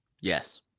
Yes